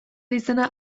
izena